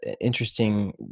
interesting